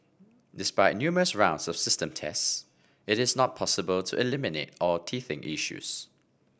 despite numerous rounds of system tests it is not possible to eliminate all teething issues